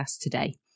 today